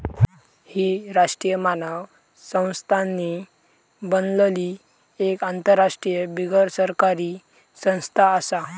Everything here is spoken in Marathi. ही राष्ट्रीय मानक संस्थांनी बनलली एक आंतरराष्ट्रीय बिगरसरकारी संस्था आसा